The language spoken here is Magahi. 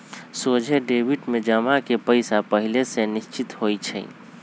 सोझे डेबिट में जमा के पइसा पहिले से निश्चित होइ छइ